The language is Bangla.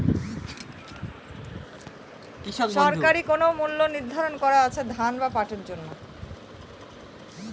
সরকারি কোন মূল্য নিধারন করা আছে ধান বা পাটের জন্য?